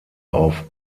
auf